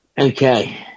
Okay